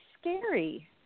scary